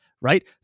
right